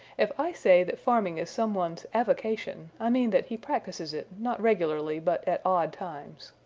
if i say that farming is some one's avocation i mean that he practises it, not regularly, but at odd times.